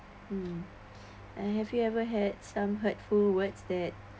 mm and have you ever had some hurtful words that